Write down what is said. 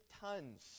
tons